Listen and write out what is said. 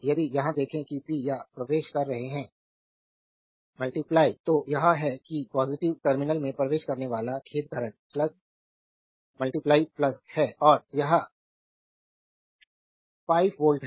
यदि यहाँ देखें कि p या प्रवेश कर रहे हैं तो यह है कि पॉजिटिव टर्मिनल में प्रवेश करने वाला खेद करंट है और यह 5 वोल्ट है